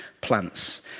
plants